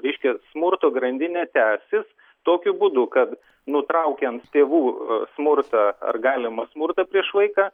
reiškia smurto grandinė tęsis tokiu būdu kad nutraukiam tėvų smurtą ar galimą smurtą prieš vaiką